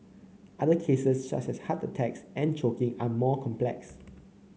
other cases such as heart attacks and choking are more complex